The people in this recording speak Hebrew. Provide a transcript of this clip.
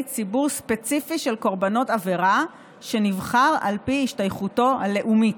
ציבור ספציפי של קורבנות עבירה שנבחר על פי השתייכותו הלאומית.